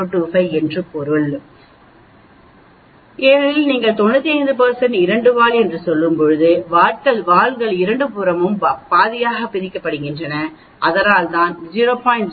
025 என்று பொருள் ஏனெனில் நீங்கள் 95 இரண்டு வால் என்று சொல்லும்போது வால்கள் இருபுறமும் பாதியாகப் பிரிக்கப்படுகின்றன அதனால்தான் 0